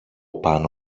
πάνω